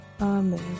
amen